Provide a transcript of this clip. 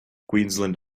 queensland